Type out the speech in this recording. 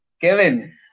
Kevin